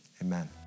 amen